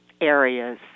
areas